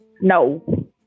No